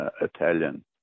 Italian